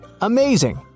Amazing